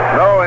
no